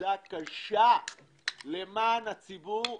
עבודה קשה למען הציבור.